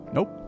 Nope